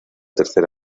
tercer